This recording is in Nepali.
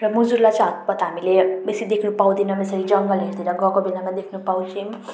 र मुजुरलाई चाहिँ हतपत हामीले बेसी देख्नु पाउँदैनौँ यसरी जङ्गलहरूतिर गएको बेलामा देख्नु पाउँथ्यौँ